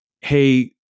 Hey